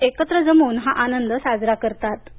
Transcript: लोक एकत्र जमून हा आनंद साजरा करतात